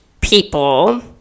people